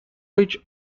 which